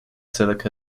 silica